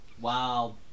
Wow